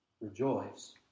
rejoice